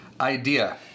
idea